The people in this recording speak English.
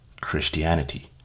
Christianity